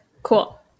Cool